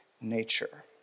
nature